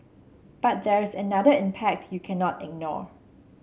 but there is another impact you cannot ignore